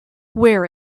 wear